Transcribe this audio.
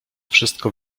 wszystko